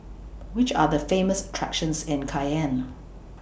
Which Are The Famous attractions in Cayenne